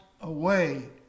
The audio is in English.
away